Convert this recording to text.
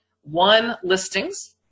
One-listings